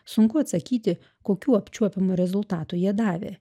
sunku atsakyti kokių apčiuopiamų rezultatų jie davė